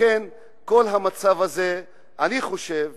לכן, כל המצב הזה, אני חושב